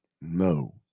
No